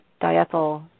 diethyl